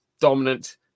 dominant